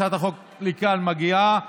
הצעת החוק מגיעה לכאן,